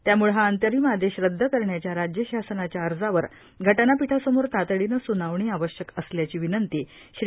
त्यामुळे हा अंतरिम आदेश रद्द करण्याच्या राज्य शासनाच्या अर्जावर घटनापीठासमोर तातडीने सुनावणी आवश्यक असल्याची विनंती श्री